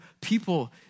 people